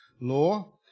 law